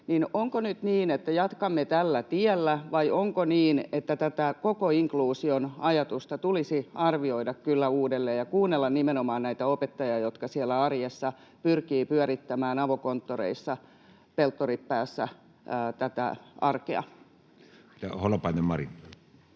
Onko nyt niin, että jatkamme tällä tiellä, vai onko niin, että tätä koko inkluusion ajatusta tulisi arvioida uudelleen ja kuunnella nimenomaan näitä opettajia, jotka siellä avokonttoreissa pyrkivät pyörittämään Peltorit päässä tätä arkea? [Speech